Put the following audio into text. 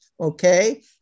Okay